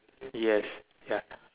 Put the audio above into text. yes ya